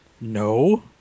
No